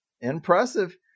impressive